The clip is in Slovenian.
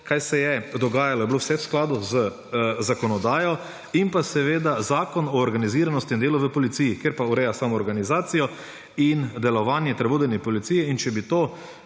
kar se je dogajalo, je bilo vse v skladu z zakonodajo, in seveda Zakon o organiziranosti in delu v policiji, ki pa ureja samo organizacijo in delovanje ter vodenje v policiji. Če bi to